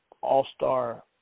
all-star